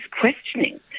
questioning